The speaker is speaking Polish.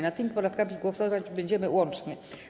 Nad tymi poprawkami głosować będziemy łącznie.